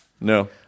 No